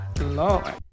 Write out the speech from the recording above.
Lord